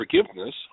forgiveness